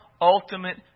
ultimate